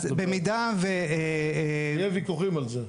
אז במידה --- יהיה ויכוחים על זה.